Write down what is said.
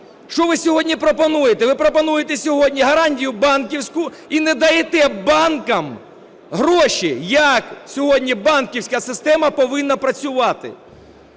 Що ви сьогодні пропонуєте? Ви пропонуєте сьогодні гарантію банківську і не даєте банкам гроші. Як сьогодні банківська система повинна працювати?